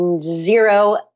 zero